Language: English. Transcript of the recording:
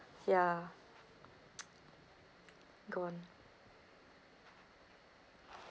ya gone